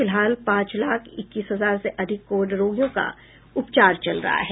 फिलहाल पांच लाख इक्कीस हजार से अधिक कोविड रोगियों का उपचार चल रहा है